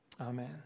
Amen